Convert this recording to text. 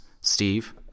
Steve